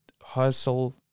hustle